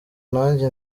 nanjye